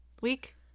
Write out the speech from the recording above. week